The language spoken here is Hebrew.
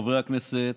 חברי הכנסת,